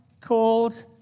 called